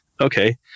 Okay